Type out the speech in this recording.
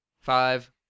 five